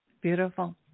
Beautiful